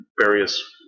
various